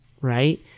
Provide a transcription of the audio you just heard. right